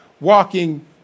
walking